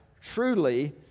truly